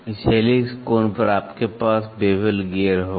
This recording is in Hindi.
इस हेलिक्स कोण पर आपके पास बेवल गियर होगा